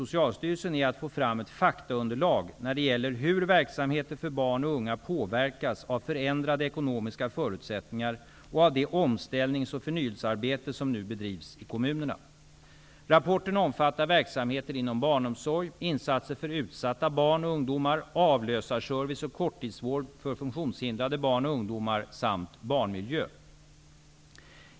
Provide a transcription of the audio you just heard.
Socialstyrelsen är att få fram ett faktaunderlag när det gäller hur verksamheter för barn och unga påverkas av förändrade ekonomiska förutsättningar och av det omställnings och förnyelsearbete som nu bedrivs i kommunerna. Rapporten omfattar verksamheter inom barnomsorg, insatser för utsatta barn och ungdomar, avlösarservice och korttidsvård för funktionshindrade barn och ungdomar samt barnmiljö.